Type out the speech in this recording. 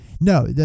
No